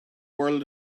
world